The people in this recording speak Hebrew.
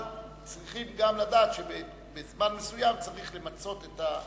אבל צריכים גם לדעת שבזמן מסוים צריך למצות את,